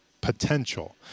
potential